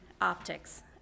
optics